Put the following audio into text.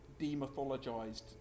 demythologized